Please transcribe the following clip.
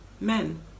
men